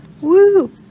Woo